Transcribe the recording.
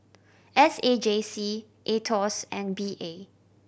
S A J C Aetos and P A